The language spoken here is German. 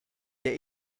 der